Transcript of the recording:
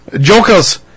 jokers